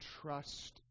trust